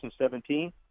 2017